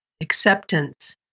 acceptance